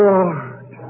Lord